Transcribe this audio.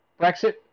Brexit